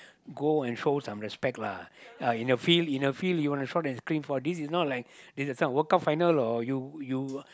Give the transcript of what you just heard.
go and show some respect lah in the field in the field you want to shout and scream for what this is not like this is some World Cup or you you